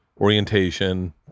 orientation